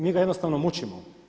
Mi ga jednostavno mučimo.